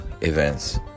events